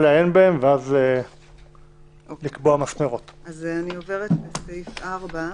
אני עוברת לסעיף 4,